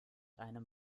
einem